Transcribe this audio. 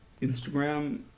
Instagram